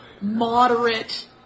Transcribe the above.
moderate